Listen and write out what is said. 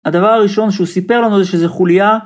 הדבר הראשון שהוא סיפר לנו זה שזה חולייה